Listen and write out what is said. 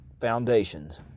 foundations